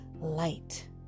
light